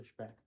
pushback